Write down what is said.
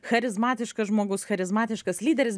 charizmatiškas žmogus charizmatiškas lyderis